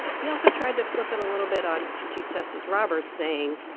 he also tried to flip it a little bit on chief justice roberts saying,